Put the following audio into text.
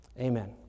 Amen